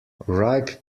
ripe